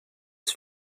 des